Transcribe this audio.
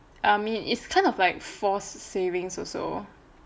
I mean it's kind of like forced savings also